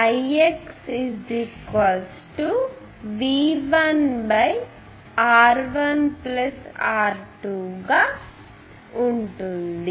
IxV1R1 R2 గా ఉంటుంది